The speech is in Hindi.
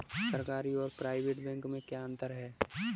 सरकारी और प्राइवेट बैंक में क्या अंतर है?